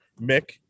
Mick